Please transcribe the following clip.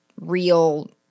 real